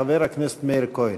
חבר הכנסת מאיר כהן.